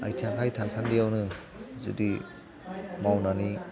आइथिं आखाय थासान्दिआवनो जुदि मावनानै